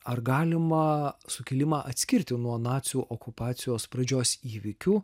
ar galima sukilimą atskirti nuo nacių okupacijos pradžios įvykių